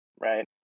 Right